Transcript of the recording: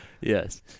Yes